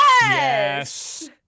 Yes